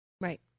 Right